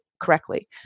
correctly